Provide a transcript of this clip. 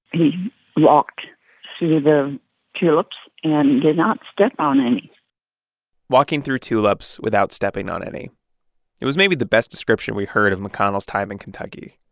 he walked through the tulips and did not step on any walking through tulips without stepping on any it was maybe the best description we heard of mcconnell's time in kentucky.